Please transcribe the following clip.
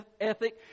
ethic